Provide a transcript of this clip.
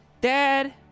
Dad